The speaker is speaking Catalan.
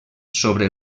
sobre